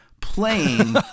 playing